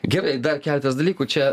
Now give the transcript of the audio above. gerai dar keletas dalykų čia